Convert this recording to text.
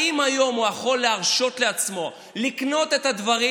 האם היום הוא יכול להרשות לעצמו לקנות את הדברים